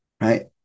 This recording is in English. right